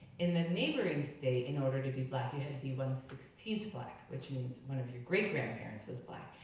in the neighboring state in order to be black you had to be one sixteenth black, which means one of your great grandparents was black,